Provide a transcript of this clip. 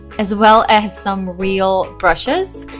as well as some real brushes,